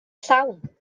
llawn